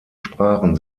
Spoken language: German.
sprachen